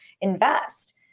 invest